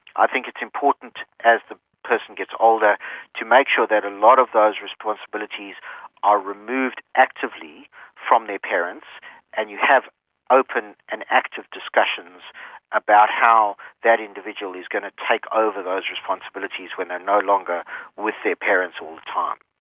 i think it's important as the person gets older to make sure that a lot of those responsibilities are removed actively from their parents and you have open and active discussions about how that individual is going to take over those responsibilities when they are no longer with their parents all the time.